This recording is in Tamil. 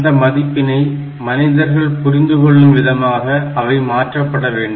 அந்த மதிப்பினை மனிதர்கள் புரிந்து கொள்ளும் விதமாக அவை மாற்றப்பட வேண்டும்